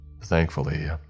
Thankfully